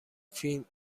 فین